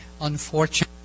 Unfortunate